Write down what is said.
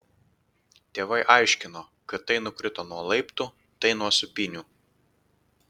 tėvai aiškino kad tai nukrito nuo laiptų tai nuo sūpynių